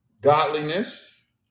godliness